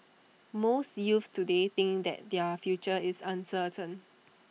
most youths today think that their future is uncertain